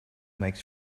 makes